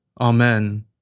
Amen